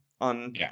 on